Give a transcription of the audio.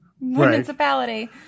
Municipality